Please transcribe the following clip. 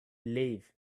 believe